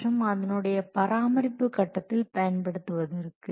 மற்றும் அதனுடைய பராமரிப்பு கட்டத்தில் பயன்படுத்துவதற்கு